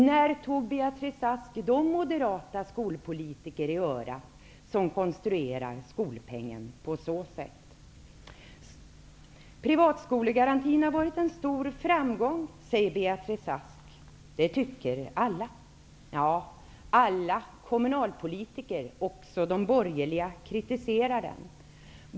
När tog Beatrice Ask de moderata skolpolitiker i örat som konstruerar skolpengen på det sättet? Privatskolegarantin har varit en stor framgång, säger Beatrice Ask. Det tycker alla. Alla kommunalpolitiker, även de borgerliga, kritiserar den.